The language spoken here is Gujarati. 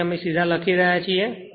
તેથી અમે સીધા લખી રહ્યા છીએ